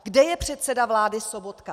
Kde je předseda vlády Sobotka?